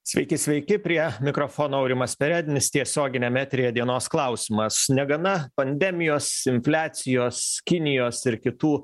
sveiki sveiki prie mikrofono aurimas perednis tiesioginiam eteryje dienos klausimas negana pandemijos infliacijos kinijos ir kitų